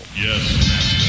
Yes